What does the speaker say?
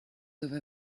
over